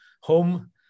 home